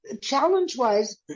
challenge-wise